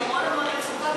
יש המון המון מצוקה,